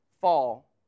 fall